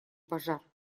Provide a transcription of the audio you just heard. пожар